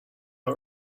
not